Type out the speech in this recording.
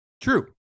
True